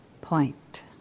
point